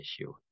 issue